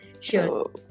sure